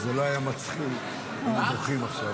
זה לא היה מצחיק, היינו בוכים עכשיו.